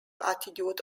altitude